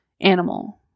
animal